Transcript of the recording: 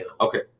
Okay